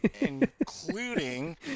including